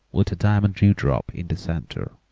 with a diamond dewdrop in the centre.